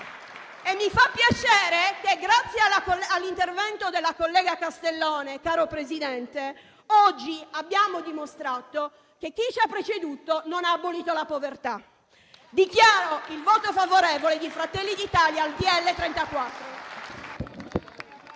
E mi fa piacere se, grazie all'intervento della collega Castellone, oggi abbiamo dimostrato che chi ci ha preceduto non ha abolito la povertà. Dichiaro il voto favorevole di Fratelli d'Italia sul